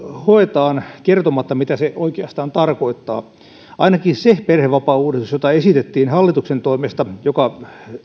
hoetaan kertomatta mitä se oikeastaan tarkoittaa ainakin se perhevapaauudistus jota esitettiin hallituksen toimesta ja joka